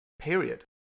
period